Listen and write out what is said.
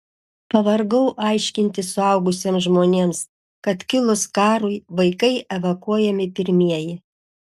pavargau aiškinti suaugusiems žmonėms kad kilus karui vaikai evakuojami pirmieji